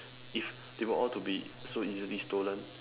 if they were all to be so easily stolen